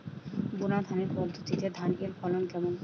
বুনাধানের পদ্ধতিতে ধানের ফলন কেমন?